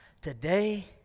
today